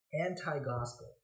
anti-gospel